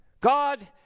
God